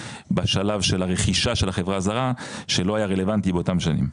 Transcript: בשלב של הרכישה של החברה הזרה שלא היה רלוונטי באותם שנים.